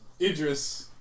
Idris